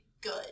good